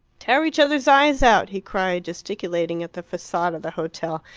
tear each other's eyes out! he cried, gesticulating at the facade of the hotel.